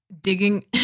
digging